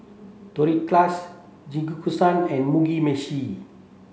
Tortillas and Mugi Meshi